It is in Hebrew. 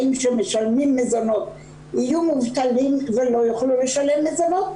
שמשלמים מזונות יהיו מובטלים ולא יוכלו לשלם מזונות.